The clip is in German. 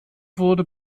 wurde